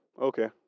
Okay